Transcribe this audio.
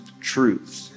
truth